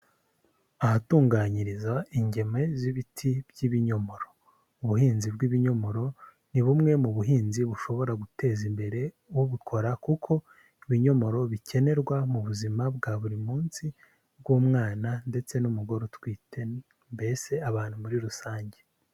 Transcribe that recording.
Ahatunganyirizwa ingemwe z'ibiti by'ibinyomoro, ubuhinzi bw'ibinyomoro ni bumwe mu buhinzi bushobora guteza imbere ubukora kuko ibinyomoro bikenerwa mu buzima bwa buri munsi bw'umwana ndetse n'umugore utwite mbese abantu muri rusange.